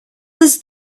was